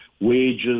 wages